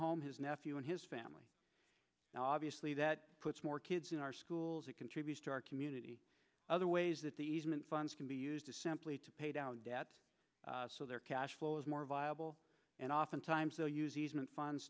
home his nephew and his family obviously that puts more kids in our schools and contributes to our community other ways that the easement funds can be used to simply to pay down debt so their cash flow is more viable and oftentimes they'll use easement funds